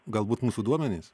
galbūt mūsų duomenys